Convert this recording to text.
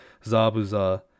Zabuza